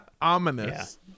Ominous